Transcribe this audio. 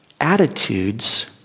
attitudes